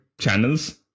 channels